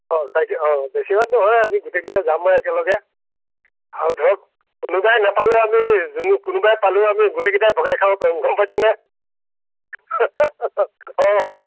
অঁ তাকে অঁ বেছি ভাগ নহয় আমি গোটেইকেইটা যাম আৰু একেলেগে আৰু ধৰক কোনোবাই নাপালে আমি যি কোনোবাই পালেও আমি গোটেইকেইটাই ভগাই খাব পাৰিম গম পাইছ নে অঁ